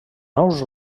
nous